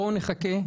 בואו נחכה.